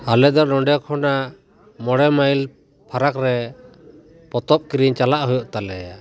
ᱟᱞᱮ ᱫᱚ ᱱᱚᱸᱰᱮ ᱠᱷᱚᱱᱟᱜ ᱢᱚᱬᱮ ᱢᱟᱹᱭᱤᱞ ᱯᱷᱟᱨᱟᱠ ᱨᱮ ᱯᱚᱛᱚᱵᱽ ᱠᱤᱨᱤᱧ ᱪᱟᱞᱟᱜ ᱦᱩᱭᱩᱜ ᱛᱟᱞᱮᱭᱟ